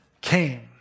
came